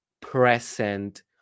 present